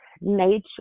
nature